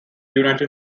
united